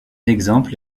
exemple